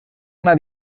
una